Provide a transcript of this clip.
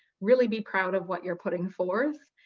really be proud of what you're putting forth,